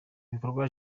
bikorwa